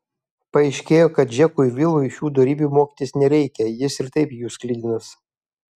paaiškėjo kad džekui vilui šių dorybių mokytis nereikia jis ir taip jų sklidinas